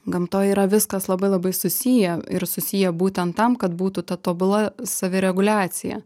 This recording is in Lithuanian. gamtoj yra viskas labai labai susiję ir susiję būtent tam kad būtų ta tobula savireguliacija